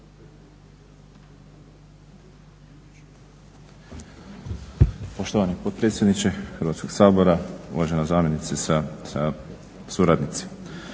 Poštovani potpredsjedniče Hrvatskog sabora, uvažena zamjenice sa suradnicima.